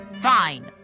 Fine